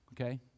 Okay